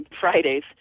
Fridays